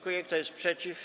Kto jest przeciw?